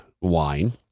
wine